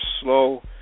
slow